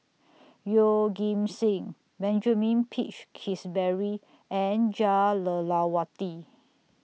Yeoh Ghim Seng Benjamin Peach Keasberry and Jah Lelawati